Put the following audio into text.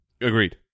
Agreed